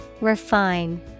Refine